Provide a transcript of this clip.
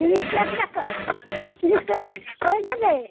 তিরিশ লাখ টাকা তিরিশ লাখ টাকায় হয়ে যাবে